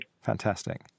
Fantastic